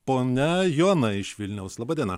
ponia joana iš vilniaus laba diena